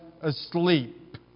asleep